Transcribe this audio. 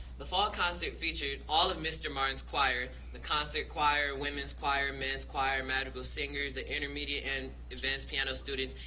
the fall concert featured all of mr. martin's choir, the concert choir, women's choir, men's choir, madrigal singers, the intermediate and advanced piano students,